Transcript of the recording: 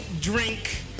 drink